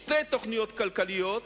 שתי תוכניות כלכליות,